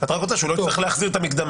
את רק רוצה שהוא לא יצטרך להחזיר את המקדמה.